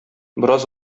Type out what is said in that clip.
бераз